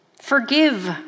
Forgive